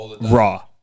raw